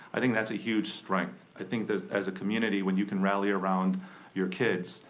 i think that's a huge strength. i think that as a community, when you can rally around your kids,